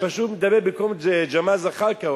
אני פשוט מדבר במקום ג'מאל זחאלקה,